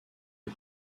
est